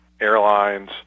airlines